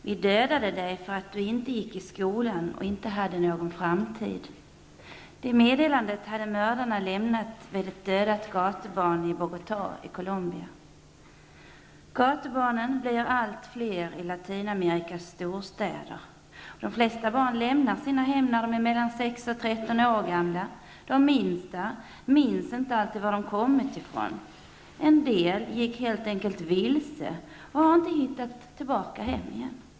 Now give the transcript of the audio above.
Herr talman! Vi dödade dig därför att du inte gick i skolan och inte hade någon framtid. Detta meddelande hade mördarna lämnat vid ett dödat gatubarn i Bogotá i Colombia. Gatubarnen blir allt fler i Latinamerikas storstäder. Det flesta barnen lämnar sina hem när de är mellan 6 och 13 år gamla. De minns inte alltid varifrån de har kommit. En del gick helt enkelt vilse och har inte hittat tillbaka hem igen.